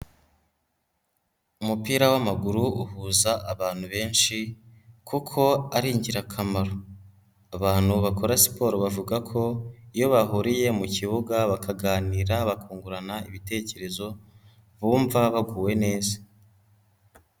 Umupira w'amaguru uhuza abantu benshi kuko ari ingirakamaro, abantu bakora siporo bavuga ko, iyo bahuriye mu kibuga bakaganira bakungurana ibitekerezo bumva baguwe neza.